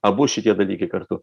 abu šitie dalykai kartu